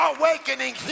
awakening